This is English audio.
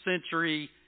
century